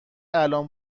الان